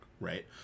right